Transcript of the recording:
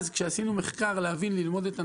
כשעשינו מחקר כדי להבין וללמוד את הנושא,